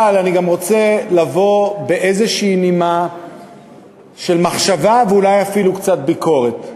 אבל אני גם רוצה לבוא בנימה כלשהי של מחשבה ואולי אפילו קצת ביקורת: